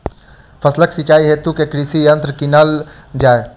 फसलक सिंचाई हेतु केँ कृषि यंत्र कीनल जाए?